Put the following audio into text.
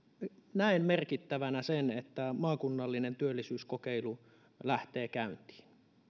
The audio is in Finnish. näen merkittävänä sen että maakunnallinen työllisyyskokeilu lähtee käyntiin